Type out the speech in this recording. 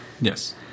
Yes